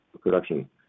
production